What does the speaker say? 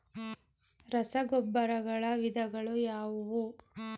ರಸಗೊಬ್ಬರಗಳ ವಿಧಗಳು ಯಾವುವು?